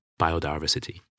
biodiversity